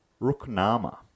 Ruknama